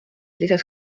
lisaks